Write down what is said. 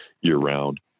year-round